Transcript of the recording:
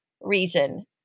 reason